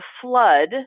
flood